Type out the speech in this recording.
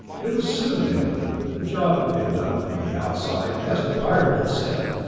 it was soon evident that the job had been done from the outside, as the pirate had said.